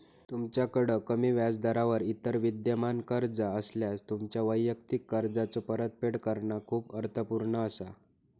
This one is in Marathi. तुमच्याकड कमी व्याजदरावर इतर विद्यमान कर्जा असल्यास, तुमच्यो वैयक्तिक कर्जाचो परतफेड करणा खूप अर्थपूर्ण असा